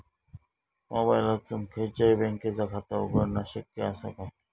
मोबाईलातसून खयच्याई बँकेचा खाता उघडणा शक्य असा काय?